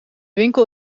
winkel